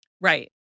Right